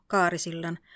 Kaarisillan